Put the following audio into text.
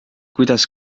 kuidas